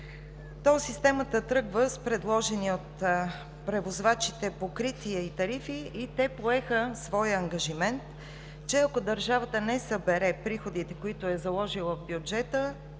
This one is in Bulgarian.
Тол системата тръгва с предложени от превозвачите покритие и тарифи. Те поеха своя ангажимент, че ако държавата не събере приходите, които е заложила в бюджета